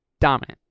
dominant